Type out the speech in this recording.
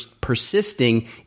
persisting